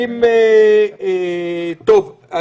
אני